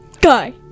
Guy